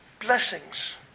blessings